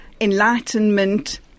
Enlightenment